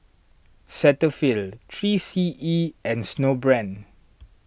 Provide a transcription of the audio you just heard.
Cetaphil three C E and Snowbrand